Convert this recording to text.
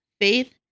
Faith